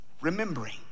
Remembering